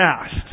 past